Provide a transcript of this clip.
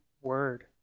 word